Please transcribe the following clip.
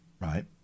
right